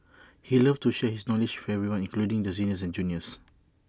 he loved to share his knowledge with everyone including the seniors and juniors